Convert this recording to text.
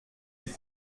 les